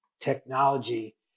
technology